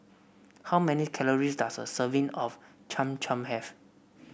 how many calories does a serving of Cham Cham have